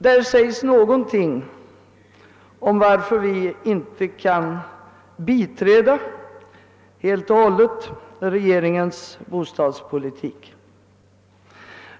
Där sägs en del om varför vi inte kan ställa oss bakom regeringens bostadspolitik.